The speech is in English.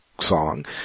song